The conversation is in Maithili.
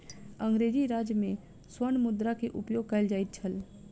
अंग्रेजी राज में स्वर्ण मुद्रा के उपयोग कयल जाइत छल